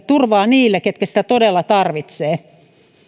turvaa niille ketkä sitä todella tarvitsevat